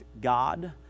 God